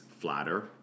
flatter